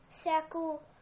circle